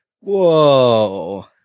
Whoa